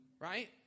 right